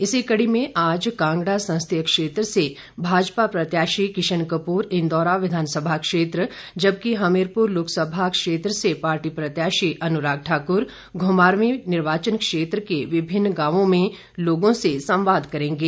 इसी कड़ी में आज कांगड़ा संसदीय क्षेत्र से भाजपा प्रत्याशी किशन कपूर इंदौरा विधानसभा क्षेत्र जबकि हमीरपुर लोकसभा क्षेत्र से पार्टी प्रत्याशी अनुराग ठाकुर घुमारवीं निर्वाचन क्षेत्र के विभिन्न गांवों में लोगों से संवाद करेंगे